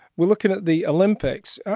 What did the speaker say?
we're looking at the olympics.